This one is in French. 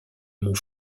mont